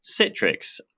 citrix